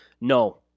No